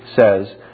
says